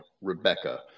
Rebecca